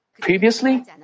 Previously